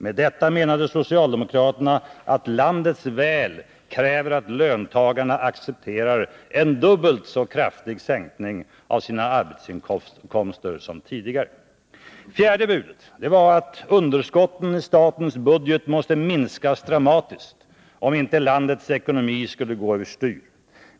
Med detta menade socialdemokraterna att landets väl kräver att löntagarna accepterar en dubbelt så kraftig sänkning av sina arbetsinkomster som tidigare. Fjärde budet var att underskotten i statens budget måste minskas dramatiskt om inte landets ekonomi skulle gå över styr.